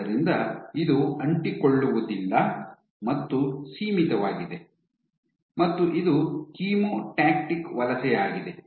ಆದ್ದರಿಂದ ಇದು ಅಂಟಿಕೊಳ್ಳುವುದಿಲ್ಲ ಮತ್ತು ಸೀಮಿತವಾಗಿದೆ ಮತ್ತು ಇದು ಕೀಮೋಟಾಕ್ಟಿಕ್ ವಲಸೆ ಆಗಿದೆ